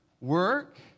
work